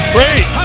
Great